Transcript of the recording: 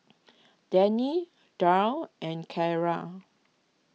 Denny Darwyn and Kaila